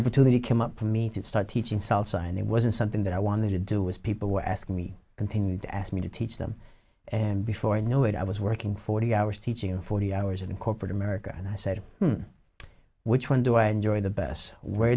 opportunity came up for me to start teaching salsa and it wasn't something that i wanted to do was people were asking me continued to ask me to teach them and before i know it i was working forty hours teaching and forty hours in corporate america and i said which one do i enjoy the best w